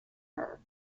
her